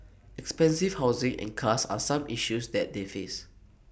expensive housing and cars are some issues that they face